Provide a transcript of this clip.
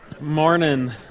Morning